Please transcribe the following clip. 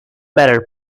better